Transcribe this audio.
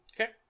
Okay